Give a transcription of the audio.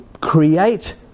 create